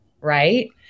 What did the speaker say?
Right